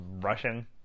Russian